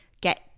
get